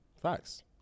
Thanks